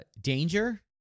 danger